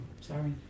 sorry